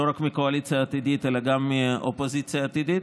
לא רק מהקואליציה העתידית אלא גם מהאופוזיציה העתידית,